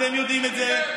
אתם יודעים את זה.